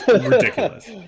Ridiculous